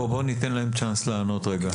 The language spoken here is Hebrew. בוא ניתן להם צ'אנס לענות רגע.